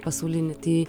pasaulinį tai